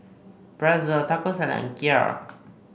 Pretzel Taco Salad and Kheer